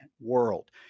world